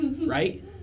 right